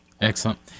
Excellent